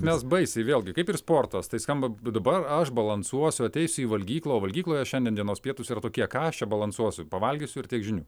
mes baisiai vėlgi kaip ir sportas tai skamba dabar aš balansuosiu ateisiu į valgyklą o valgykloje šiandien dienos pietūs yra tokie ką aš čia balansuosiu pavalgysiu ir tiek žinių